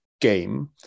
game